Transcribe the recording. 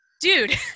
Dude